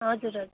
हजुर हजुर